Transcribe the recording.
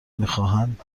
میخواهند